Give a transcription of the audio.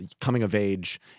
coming-of-age